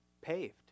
paved